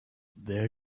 there